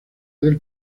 del